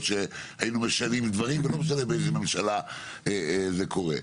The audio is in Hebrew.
שהיינו משנים דברים ולא משנה באיזה ממשלה זה קורה.